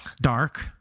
Dark